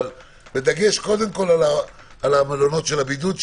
אבל בדגש קודם כל על מלונות הבידוד,